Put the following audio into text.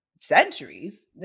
centuries